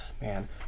man